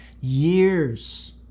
years